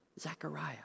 Zechariah